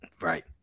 Right